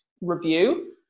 review